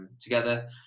together